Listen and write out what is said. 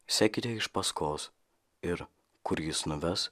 sekite iš paskos ir kur jis nuves